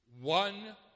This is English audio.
One